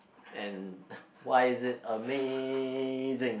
and why is it amazing